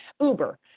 Uber